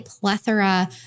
plethora